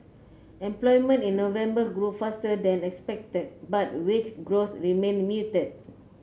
employment in November grew faster than expected but wage growth remained muted